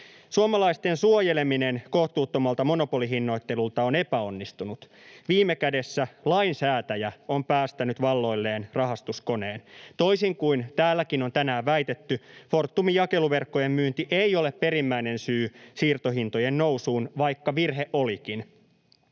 Suomalaisten suojeleminen kohtuuttomalta monopolihinnoittelulta on epäonnistunut. Viime kädessä lainsäätäjä on päästänyt valloilleen rahastuskoneen. Toisin kuin täälläkin on tänään väitetty, Fortumin jakeluverkkojen myynti ei ole perimmäinen syy siirtohintojen nousuun, vaikka virhe olikin.